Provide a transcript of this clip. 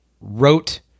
wrote